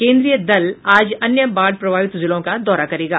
केंद्रीय दल आज अन्य बाढ़ प्रभावित जिलों का दौरा करेगा